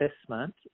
assessment